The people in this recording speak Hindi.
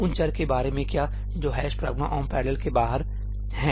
उन चर के बारे में क्या जो ' pragma omp parallel' के बाहर हैं